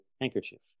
handkerchief